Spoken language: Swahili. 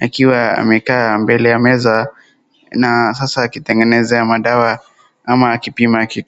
Akiwa amekaa mbele ya meza na sasa akitengenezea madawa ama akipima kitu.